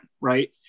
right